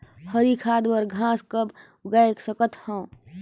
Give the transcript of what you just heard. हरी खाद बर घास कब उगाय सकत हो?